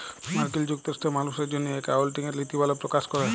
মার্কিল যুক্তরাষ্ট্রে মালুসের জ্যনহে একাউল্টিংয়ের লিতিমালা পকাশ ক্যরে